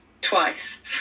twice